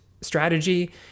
strategy